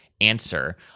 answer